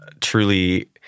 truly